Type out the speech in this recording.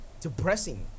depressing